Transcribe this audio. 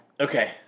Okay